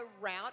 route